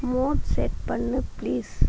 mood set பண்ணு please